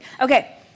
Okay